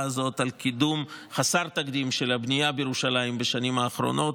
הזאת על קידום חסר תקדים של הבנייה בירושלים בשנים האחרונות.